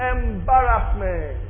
Embarrassment